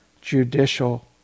judicial